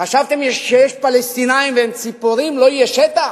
חשבתם שיש פלסטינים והם ציפורים, לא יהיה שטח?